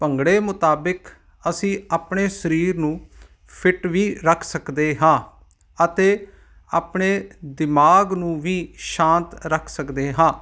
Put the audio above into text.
ਭੰਗੜੇ ਮੁਤਾਬਿਕ ਅਸੀਂ ਆਪਣੇ ਸਰੀਰ ਨੂੰ ਫਿੱਟ ਵੀ ਰੱਖ ਸਕਦੇ ਹਾਂ ਅਤੇ ਆਪਣੇ ਦਿਮਾਗ ਨੂੰ ਵੀ ਸ਼ਾਂਤ ਰੱਖ ਸਕਦੇ ਹਾਂ